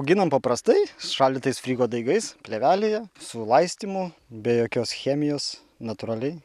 ginam paprastai šaldytais frygo daigais plėvelėje su laistymu be jokios chemijos natūraliai